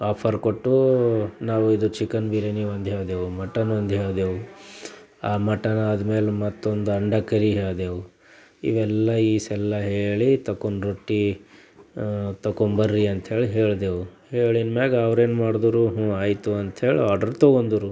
offer ಕೊಟ್ವೂ ನಾವು ಇದು ಚಿಕನ್ ಬಿರಿಯಾನಿ ಒಂದು ಹೇಳಿದೆವು ಮಟನ್ ಒಂದು ಹೇಳಿದೆವು ಆ ಮಟನ್ ಆದ್ಮೇಲೆ ಮತ್ತೊಂದು ಅಂಡಾ ಕರಿ ಹೇಳಿದೆವು ಇವೆಲ್ಲ ಇಸೆಲ್ಲ ಹೇಳಿ ತೊಗೊಂಡು ರೊಟ್ಟಿ ತೊಗೊಂಡ್ಬರ್ರಿ ಅಂಥೇಳಿ ಹೇಳಿದೆವು ಹೇಳಿದ ಮ್ಯಾಲೆ ಅವ್ರು ಏನು ಮಾಡಿದ್ರು ಹ್ಞೂ ಆಯ್ತು ಅಂಥೇಳಿ ಆರ್ಡರ್ ತೊಗೊಂಡರು